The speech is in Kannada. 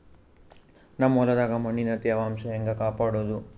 ನಮ್ ಹೊಲದಾಗ ಮಣ್ಣಿನ ತ್ಯಾವಾಂಶ ಹೆಂಗ ಕಾಪಾಡೋದು?